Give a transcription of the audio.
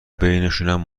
بینشونم